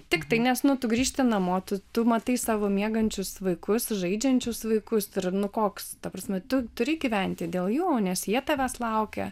tiktai nes nu tu grįžti namo tu tu matai savo miegančius vaikus žaidžiančius vaikus ir nu koks ta prasme tu turi gyventi dėl jų nes jie tavęs laukia